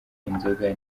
inzoga